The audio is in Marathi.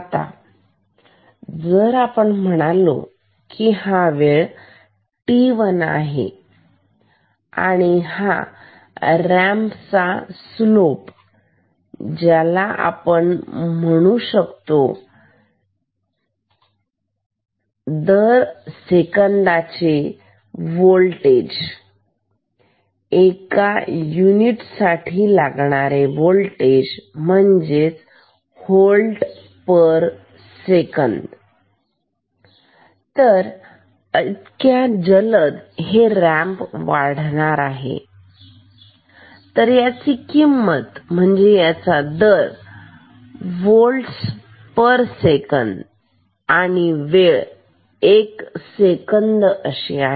आता जर आपण म्हणालो कि हा वेळ t1 आहे आणि रॅम्प चा स्लोप ज्याला आपण म्हणू शकतो दर सेकंदाचे वोल्टेज एका युनिट वेळे साठी लागणारे वोल्टेज म्हणजेच होल्ट पर सेकंड तर इतक्या जलद हे रॅम्प वाढणार आहे तर याची किंमत म्हणजे याचा दर होल्ट पर सेकंद आणि वेळ एक सेकंद अशी आहे